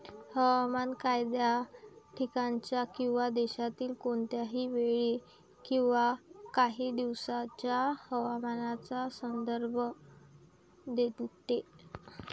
हवामान एखाद्या ठिकाणाच्या किंवा देशातील कोणत्याही वेळी किंवा काही दिवसांच्या हवामानाचा संदर्भ देते